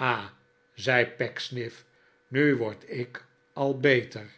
ah zei pecksniff nu word ik al beter